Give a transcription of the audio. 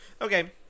Okay